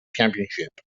championship